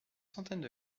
centaines